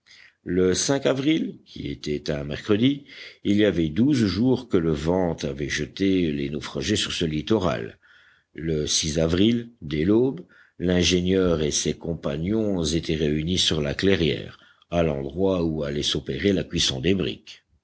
le avril qui était un mercredi il y avait douze jours que le vent avait jeté les naufragés sur ce littoral le avril dès l'aube l'ingénieur et ses compagnons étaient réunis sur la clairière à l'endroit où allait s'opérer la cuisson des briques